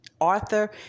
Arthur